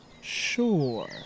sure